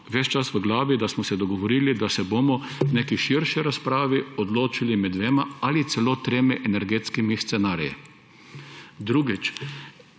ves čas v glavi, da smo se dogovorili, da se bomo v neki širši razpravi odločili med dvema ali celo tremi energetskimi scenariji. Drugič.